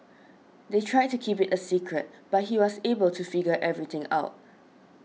they tried to keep it a secret but he was able to figure everything out